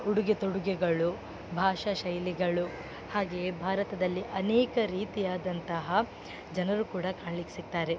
ಉಡುಗೆ ತೊಡುಗೆಗಳು ಭಾಷಾ ಶೈಲಿಗಳು ಹಾಗೆಯೇ ಭಾರತದಲ್ಲಿ ಅನೇಕ ರೀತಿಯಾದಂತಹ ಜನರು ಕೂಡ ಕಾಣ್ಲಿಕ್ಕೆ ಸಿಕ್ತಾರೆ